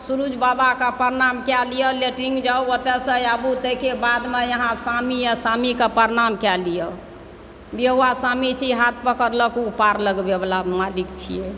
सूरज बाबाकेँ प्रणाम कए लिअ लैट्रीन जाउ ओतयसँ आबू ताहिके बादमे अहाँ स्वामी आ स्वामीके प्रणाम कए लिअ ब्याहुआ स्वामी छियै ओ हाथ पकड़लक ओ पार लगबैवला मालिक छियै